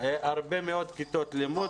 הרבה מאוד כיתות לימוד?